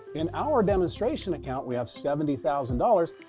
in our demonstration account, we have seventy thousand dollars.